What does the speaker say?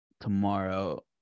tomorrow